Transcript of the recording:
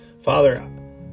Father